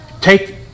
take